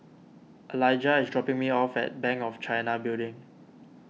Alijah is dropping me off at Bank of China Building